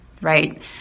right